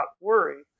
worry